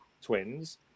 twins